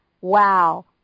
wow